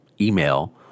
email